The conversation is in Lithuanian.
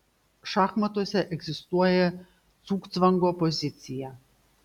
šachmatuose egzistuoja cugcvango pozicija